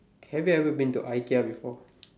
have you ever been to IKEA before